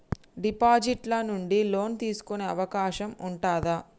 Deposit ల నుండి loan తీసుకునే అవకాశం ఉంటదా?